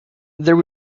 there